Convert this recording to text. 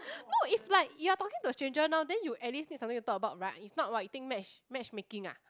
no if like you're talking to a stranger now then you at least need something to talk about right it's not !wah! you think match match making ah